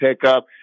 pickup